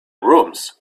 rooms